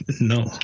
No